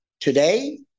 today